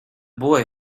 boy